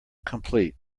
complete